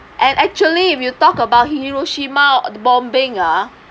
and actually if you talk about hiroshima bombing ah